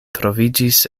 troviĝis